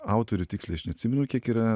autorių tiksliai aš neatsimenu kiek yra